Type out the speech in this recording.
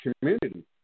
community